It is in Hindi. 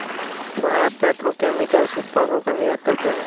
भारत पेट्रो केमिकल्स उत्पादों का निर्यात करता है